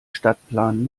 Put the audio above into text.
stadtplan